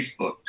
Facebook